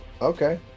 okay